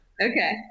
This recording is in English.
Okay